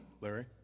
Larry